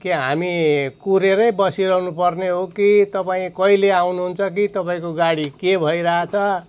के हामी कुरेरै बसिरहनु पर्ने हो कि तपाईँ कहिले आउनुहुन्छ कि तपाईँको गाडी के भइरहेछ